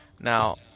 Now